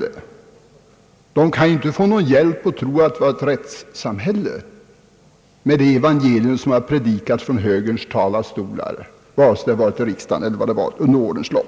detta. De kan ju inte få någon hjälp av tron på ett rättssamhälle, med det evangelium som har predikats av högern både från denna och andra talarstolar.